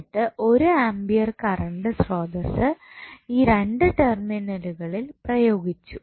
എന്നിട്ട് ഒരു ampere current സ്രോതസ്സ് ഈ 2 ടെർമിനലുകളിൽ പ്രയോഗിച്ചു